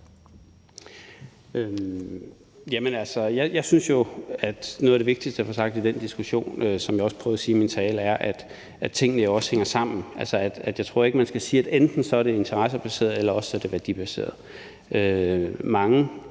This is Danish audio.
Jeg synes, at noget af det vigtigste at få sagt i den diskussion er, som jeg også prøvede at sige i min tale, at tingene jo også hænger sammen; altså, jeg tror ikke, man skal sige, at enten er det interessebaseret eller også er det værdibaseret.